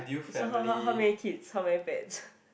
so how how how many kids how many pets